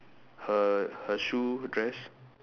her her shoe dress